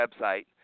website